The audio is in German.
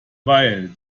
weil